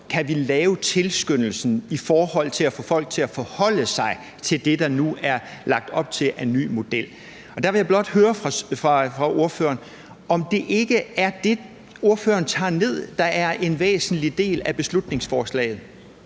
kan vi lave tilskyndelsen i forhold til at få folk til at forholde sig til det, og det er der nu lagt op til i en ny model. Der vil jeg blot høre fra ordføreren, om det ikke er det, ordføreren tager ned er en væsentlig del af beslutningsforslaget?